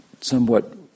somewhat